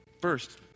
First